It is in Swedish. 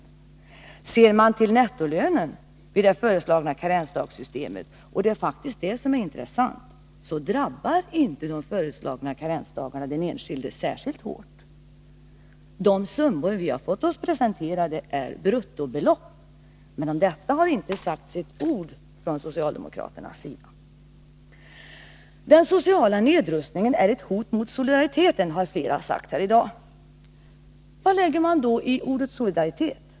Om man ser till nettolönen i det föreslagna karensdagssystemet — och det är faktiskt den som är intressant — drabbar de föreslagna karensdagarna inte den enskilde särskilt hårt. De summor vi har fått oss presenterade är bruttobelopp. Men om detta har inte sagts ett ord från socialdemokraterna. ”Den sociala nedrustningen är ett hot mot solidariteten”, har flera sagt här idag. Vad lägger man då in i ordet solidaritet?